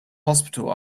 hospital